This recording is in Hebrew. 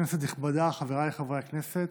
כנסת נכבדה, חבריי חברי הכנסת,